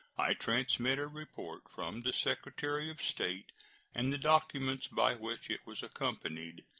i transmit a report from the secretary of state and the documents by which it was accompanied.